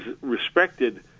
respected